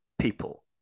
people